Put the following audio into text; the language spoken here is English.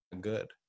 good